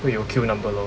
会有 queue number lor